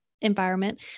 environment